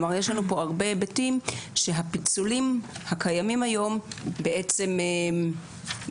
יש לנו פה הרבה היבטים שהפיצולים הקיימים היום בעצם גורמים